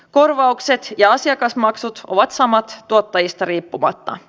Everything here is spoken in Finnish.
korvaukset ja asiakasmaksut ovat samat tuottajista riippumatta